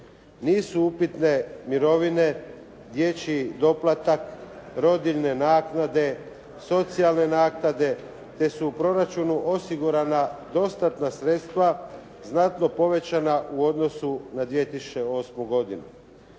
Nisu upitne mirovine, dječji doplatak, rodiljne naknade, socijalne naknade te su u proračunu osigurana dostatna sredstva znatno povećana u odnosu na 2008. godinu.